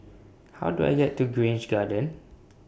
How Do I get to Grange Garden